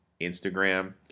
Instagram